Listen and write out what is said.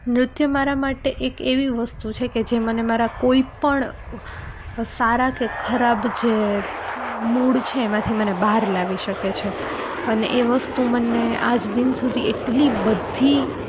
નૃત્ય મારા માટે એક એવી વસ્તુ છે કે જે મને મારા કોઈપણ સારા કે ખરાબ જે મૂડ છે એમાંથી મને બહાર લાવી શકે છે અને એ વસ્તુ મને આજ દિન સુધી એટલી બધી